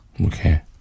Okay